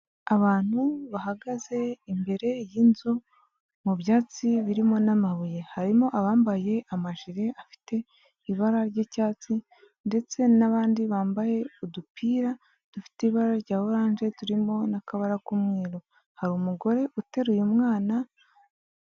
Abantu bahagaze imbere y'inzu mu byatsi birimo n'amabuye, harimo abambaye amajire afite ibara ry'icyatsi, ndetse n'abandi bambaye udupira dufite ibara rya oranje turimo n'akabara k'umweru, hari umugore uteruye umwana.